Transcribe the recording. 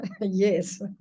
Yes